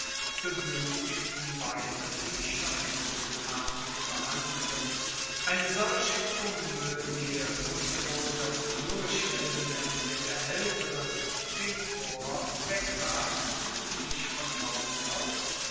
beguenstigten weiter die schablonenartige behandlung eine solche komoedie musste wohl das lyrische element in der aelteren den chor wegwerfen und sich von haus aus